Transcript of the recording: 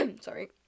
sorry